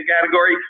category